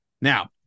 Now